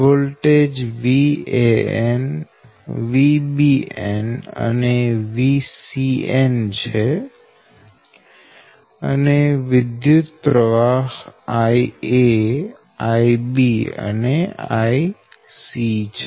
voltage VAnVBnઅને VCnછે અને વિદ્યુતપ્રવાહ IA IB અને IC છે